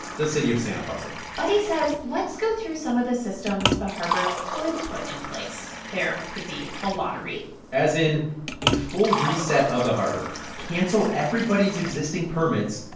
the city of santa barbara but he says let's go through some of the systems the harbor could put in place. there could be a lottery as in a full reset of the harbor cancel everybody's existing permits,